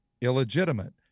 illegitimate